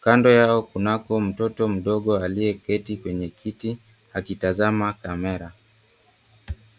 Kando yao kunako mtoto mdogo aliyeketi kwenye kiti, akitazama kamera.